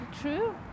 True